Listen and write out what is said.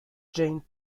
jain